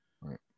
Right